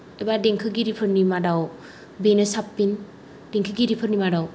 एबा देंखोगिरिफोरनि मादाव बेनो साबसिन देंखोगिरिफोरनि मादाव